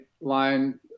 line